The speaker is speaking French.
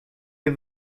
lès